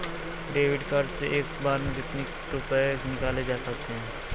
David card से एक बार में कितनी रूपए निकाले जा सकता है?